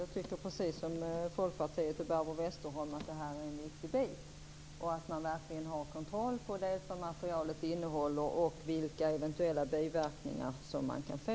Jag tycker precis som Folkpartiet och Barbro Westerholm att det är viktigt att verkligen ha kontroll på det som det dentala materialet innehåller och vilka eventuella biverkningar man kan få.